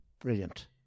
brilliant